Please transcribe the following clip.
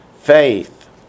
faith